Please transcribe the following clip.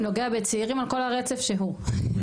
נוגע בצעירים על כל הרצף שהוא.